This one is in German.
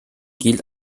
gilt